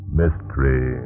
mystery